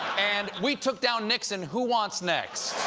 and we took down nixon. who wants next?